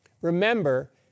Remember